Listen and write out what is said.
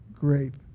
grape